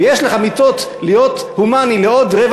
ויש לך מיטות להיות הומני לעוד רבע